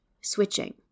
switching